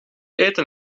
eten